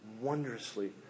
wondrously